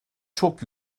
çok